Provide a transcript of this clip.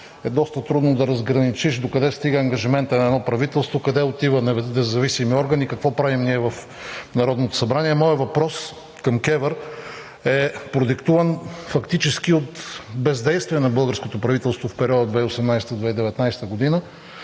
е доста трудно да разграничиш докъде стига ангажиментът на едно правителство, къде отива независимият орган и какво правим ние в Народното събрание. Моят въпрос към КЕВР е продиктуван фактически от бездействието на българското правителство в периода 2018 – 2019 г.